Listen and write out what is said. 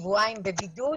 שבועיים בבידוד